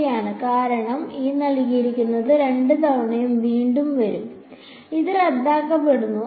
ശരിയാണ് കാരണം രണ്ട് തവണയും വീണ്ടും വരും അത് റദ്ദാക്കപ്പെടും